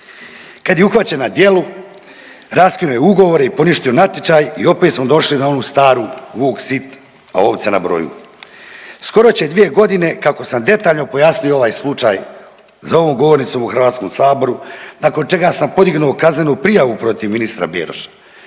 Kad je uhvaćen na djelu, raskinuo je ugovore i poništio natječaj i opet smo došli na onu staru, vuk sit, a ovce na broju. Skoro će 2 godine kako sam detaljno pojasnio ovaj slučaj za ovom govornicom u HS-u nakon čega sam podignuo kaznenu prijavu protiv ministra Beroša.